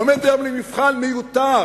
עומד היום למבחן מיותר,